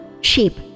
sheep